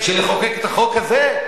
של לחוקק את החוק הזה?